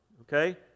okay